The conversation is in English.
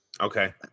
Okay